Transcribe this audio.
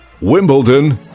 Wimbledon